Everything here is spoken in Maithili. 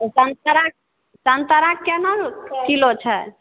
संतरा संतरा केना किलो छै